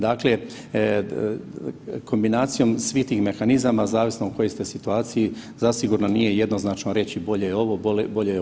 Dakle, kombinacijom svih tih mehanizama zavisno u kojoj ste situaciji zasigurno nije jednoznačno reći bolje je ovo, bolje je ono.